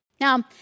Now